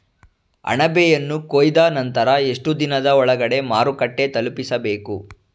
ಅಣಬೆಯನ್ನು ಕೊಯ್ದ ನಂತರ ಎಷ್ಟುದಿನದ ಒಳಗಡೆ ಮಾರುಕಟ್ಟೆ ತಲುಪಿಸಬೇಕು?